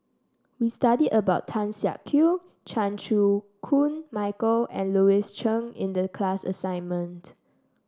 we studied about Tan Siak Kew Chan Chew Koon Michael and Louis Chen in the class assignment